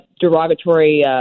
derogatory